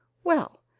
well,